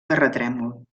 terratrèmol